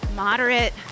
Moderate